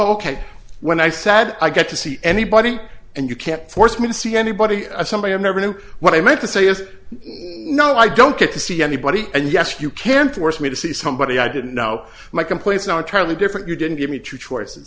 ok when i said i got to see anybody and you can't force me to see anybody somebody i never knew what i meant to say is no i don't get to see anybody and yes you can't force me to see somebody i didn't know my complaints are entirely different you didn't give me two choices